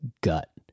gut